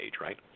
Right